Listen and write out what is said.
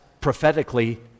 prophetically